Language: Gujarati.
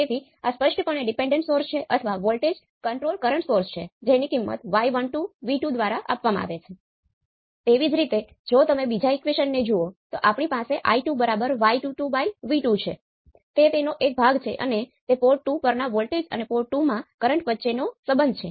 તેથી છેલ્લે આપણે જોયું કે V0 એ k × Vi હોવાની ખૂબ નજીક છે